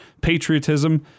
patriotism